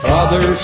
Father